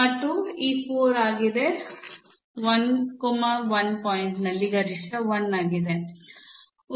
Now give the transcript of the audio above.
ಮತ್ತು ಈ 4 ಆಗಿದೆ 1 1 ಪಾಯಿಂಟ್ ನಲ್ಲಿ ಗರಿಷ್ಠ 1 ಆಗಿದೆ